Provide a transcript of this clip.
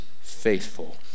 faithful